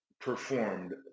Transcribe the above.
performed